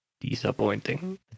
Disappointing